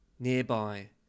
Nearby